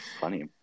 funny